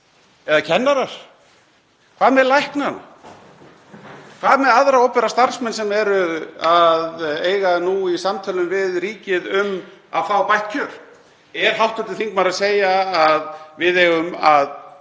Eða kennarar? Hvað með læknana? Hvað með aðra opinbera starfsmenn sem eiga nú í samtölum við ríkið um að fá bætt kjör? Er hv. þingmaður að segja að við eigum að